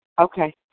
Okay